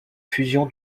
fusion